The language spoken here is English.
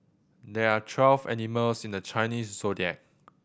there are twelve animals in the Chinese Zodiac